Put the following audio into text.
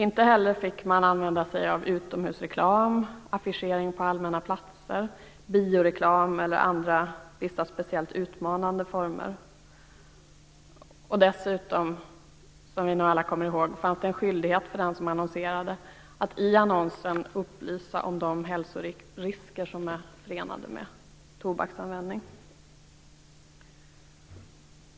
Inte heller fick man använda sig av utomhusreklam, affischering på allmänna platser, bioreklam eller andra speciellt utmanande former av reklam. Dessutom fanns det, som vi nog alla kommer ihåg, en skyldighet för den som annonserade att i annonsen upplysa om de hälsorisker som är förenade med tobaksanvändning.